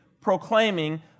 proclaiming